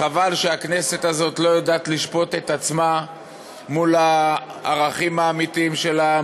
חבל שהכנסת הזאת לא יודעת לשפוט את עצמה מול הערכים האמיתיים של העם,